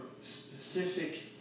specific